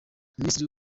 minisitiri